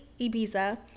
Ibiza